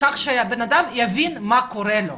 כך שהבן אדם יבין מה קורה לו.